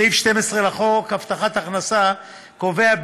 סעיף 12 לחוק הבטחת הכנסה קובע,